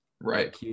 right